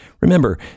Remember